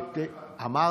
למה לא נשאר אף אחד?